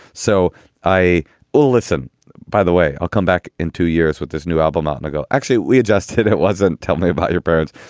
so i listen by the way, i'll come back in two years with this new album out and go. actually, we adjusted. it wasn't. tell me about your parents.